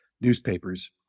newspapers